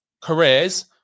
careers